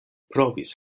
provis